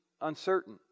uncertain